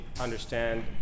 understand